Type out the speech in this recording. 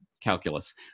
calculus